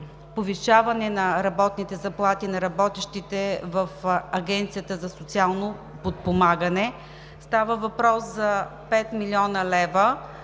повишаване на работните заплати на работещите в Агенцията за социално подпомагане. Става въпрос за 5 милиона лева.